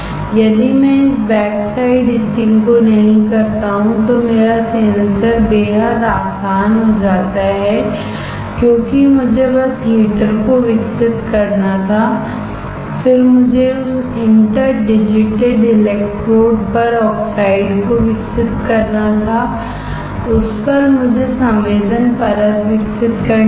यदि मैं इस बैक साइड इचिंग को नहीं करता हूं तो मेरा सेंसर बेहद आसान हो जाता है क्योंकि मुझे बस हीटर को विकसित करना था फिर मुझे उस इंटर डिजिटेड इलेक्ट्रोड पर ऑक्साइड को विकसित करना था उस पर मुझे संवेदन परत विकसित करनी थी